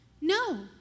No